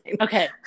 Okay